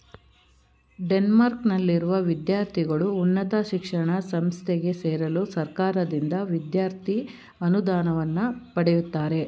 ಡೆನ್ಮಾರ್ಕ್ನಲ್ಲಿರುವ ವಿದ್ಯಾರ್ಥಿಗಳು ಉನ್ನತ ಶಿಕ್ಷಣ ಸಂಸ್ಥೆಗೆ ಸೇರಲು ಸರ್ಕಾರದಿಂದ ವಿದ್ಯಾರ್ಥಿ ಅನುದಾನವನ್ನ ಪಡೆಯುತ್ತಾರೆ